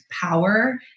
power